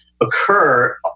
occur